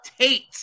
Tate